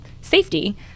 safety